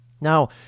Now